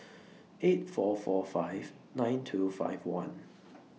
eight four four five nine two five one